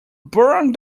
burnt